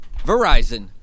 Verizon